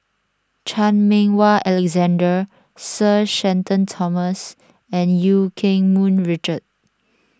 Chan Meng Wah Alexander Sir Shenton Thomas and Eu Keng Mun Richard